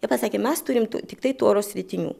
jie pasakė mes turim tiktai toros ritinių